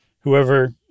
whoever